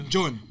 John